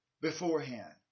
beforehand